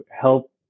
help